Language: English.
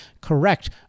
correct